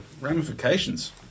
ramifications